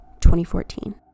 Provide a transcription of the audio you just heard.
2014